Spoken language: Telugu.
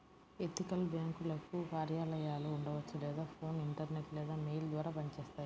ఎథికల్ బ్యేంకులకు కార్యాలయాలు ఉండవచ్చు లేదా ఫోన్, ఇంటర్నెట్ లేదా మెయిల్ ద్వారా పనిచేస్తాయి